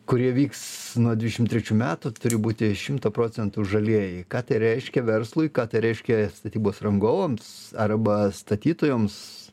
kurie vyks nuo dvidešim trečių metų turi būti šimtą procentų žalieji ką tai reiškia verslui ką tai reiškia statybos rangovams arba statytojams